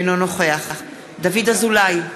אינו נוכח דוד אזולאי,